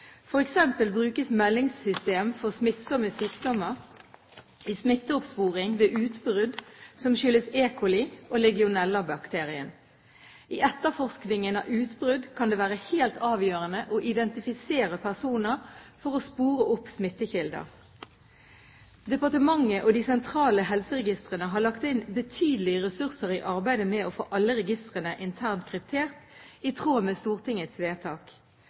brukes Meldingssystem for smittsomme sykdommer i smitteoppsporing ved utbrudd som skyldes E. coli- og legionellabakterien. I etterforskningen av utbrudd kan det være helt avgjørende å identifisere personer for å spore opp smittekilder. Departementet og de sentrale helseregistrene har lagt inn betydelige ressurser i arbeidet med å få alle registrene internt kryptert, i tråd med Stortingets vedtak.